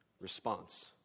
response